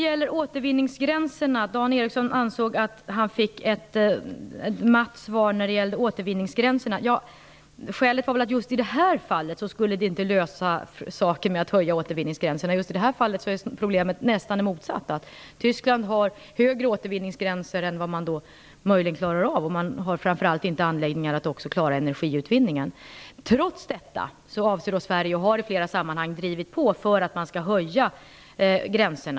Dan Ericsson ansåg att han fick ett matt svar när det gällde återvinningsgränserna. Skälet är att höjda återvinningsgränser i just det här fallet inte skulle vara någon lösning. I det här fallet är problemet nästan det motsatta. Tyskland har högre återvinningsgränser än man har möjlighet att klara av. Framför allt har man inte anläggningar för att också klara energiutvinningen. Trots detta avser Sverige att driva på, och har i flera sammanhang gjort det, för att gränserna skall höjas.